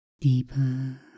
deeper